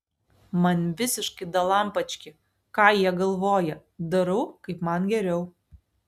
man visiškai dalampački ką jie galvoja darau kaip man geriau